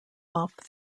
off